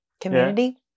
community